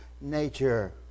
nature